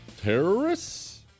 terrorists